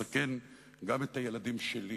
כי זה מסכן גם את הילדים שלי.